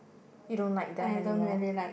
you don't like them anymore